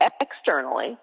externally